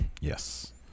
Yes